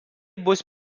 bus